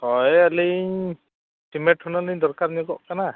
ᱦᱳᱭ ᱟᱹᱞᱤᱧ ᱴᱤᱢᱮᱴ ᱦᱩᱱᱟᱹᱝ ᱞᱤᱧ ᱫᱚᱨᱠᱟᱨ ᱧᱚᱜᱚᱜ ᱠᱟᱱᱟ